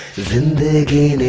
in the game.